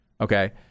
okay